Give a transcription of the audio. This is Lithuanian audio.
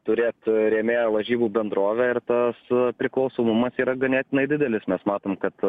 turėt rėmėju lažybų bendrovę ir ta su priklausomumas yra ganėtinai didelis nes matom kad